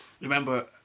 Remember